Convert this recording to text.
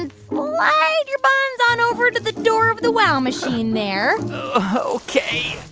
and slide your buns on over to the door of the wow machine there ok.